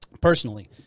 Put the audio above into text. personally